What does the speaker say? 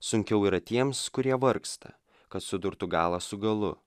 sunkiau yra tiems kurie vargsta kad sudurtų galą su galu